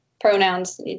pronouns